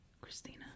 Christina